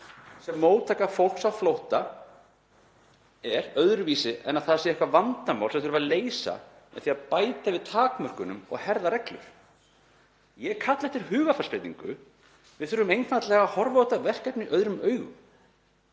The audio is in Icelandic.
sem móttaka fólks á flótta er öðruvísi en að það sé eitthvert vandamál sem þurfi að leysa með því að bæta við takmörkunum og herða reglur. Ég kalla eftir hugarfarsbreytingu. Við þurfum einfaldlega að horfa á þetta verkefni öðrum augum.